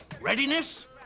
Readiness